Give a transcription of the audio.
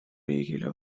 riigile